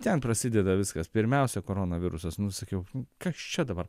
ten prasideda viskas pirmiausia koronavirusas nu sakiau kas čia dabar